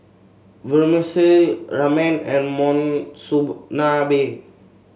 Vermicelli Ramen and Monsunabe